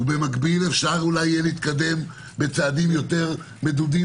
ובמקביל אפשר אולי יהיה להתקדם בצעדים יותר מדודים